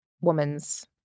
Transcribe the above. woman's